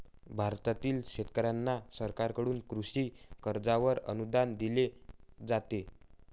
भारतातील शेतकऱ्यांना सरकारकडून कृषी कर्जावर अनुदान दिले जाते